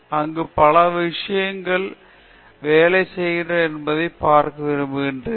அங்கு விஷயங்கள் எவ்வாறு வேலை செய்கின்றன என்பதைப் பார்க்க விரும்புகிறேன்